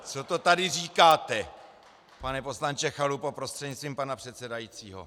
Co to tady říkáte, pane poslanče Chalupo prostřednictvím pana předsedajícího?